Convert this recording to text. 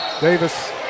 Davis